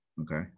okay